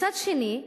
מצד שני,